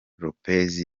lopez